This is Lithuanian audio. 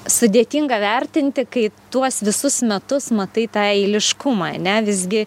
sudėtinga vertinti kai tuos visus metus matai tą eiliškumą ane visgi